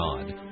God